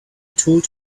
told